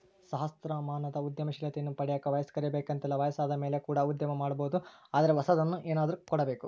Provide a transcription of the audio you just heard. ಸಹಸ್ರಮಾನದ ಉದ್ಯಮಶೀಲತೆಯನ್ನ ಪಡೆಯಕ ವಯಸ್ಕರೇ ಬೇಕೆಂತಲ್ಲ ವಯಸ್ಸಾದಮೇಲೆ ಕೂಡ ಉದ್ಯಮ ಮಾಡಬೊದು ಆದರೆ ಹೊಸದನ್ನು ಏನಾದ್ರು ಕೊಡಬೇಕು